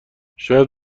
شاید